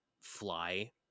fly